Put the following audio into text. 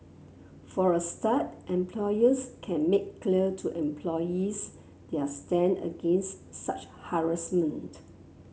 for a start employers can make clear to employees their stand against such harassment